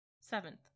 Seventh